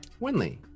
Winley